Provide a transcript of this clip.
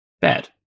bad